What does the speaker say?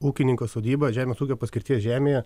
ūkininko sodybą žemės ūkio paskirties žemėje